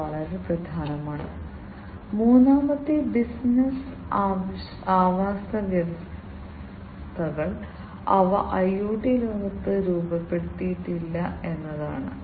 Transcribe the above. അതിനാൽ അടുത്ത പ്രധാന പ്രവർത്തനം സ്വയം തീരുമാനമെടുക്കലാണ്